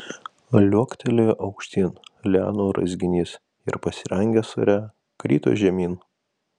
liuoktelėjo aukštyn lianų raizginys ir pasirangęs ore krito žemyn